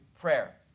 prayer